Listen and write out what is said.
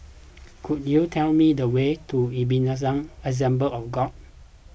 could you tell me the way to Ebenezer Assembly of God